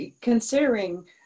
considering